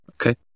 okay